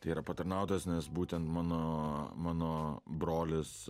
tai yra patarnautojas nes būtent mano mano brolis